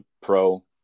pro